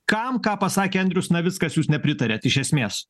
kam ką pasakė andrius navickas jūs nepritariat iš esmės